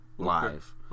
live